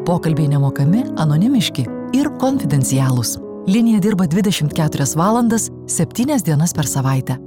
pokalbiai nemokami anonimiški ir konfidencialūs linija dirba dvidešimt keturias valandas septynias dienas per savaitę